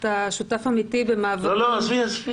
אתה שותף אמיתי במאבקים.